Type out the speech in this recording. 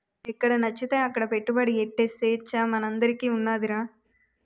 ఎక్కడనచ్చితే అక్కడ పెట్టుబడి ఎట్టే సేచ్చ మనందరికీ ఉన్నాదిరా